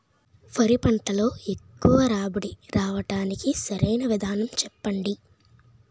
వరి పంటలో ఎక్కువ రాబడి రావటానికి సరైన విధానం చెప్పండి?